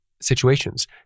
situations